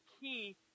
key